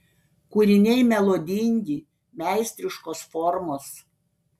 kūriniai melodingi meistriškos formos